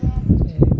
ᱡᱮ